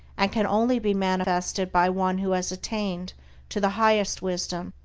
and can only be manifested by one who has attained to the highest wisdom,